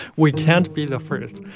we can't be the first.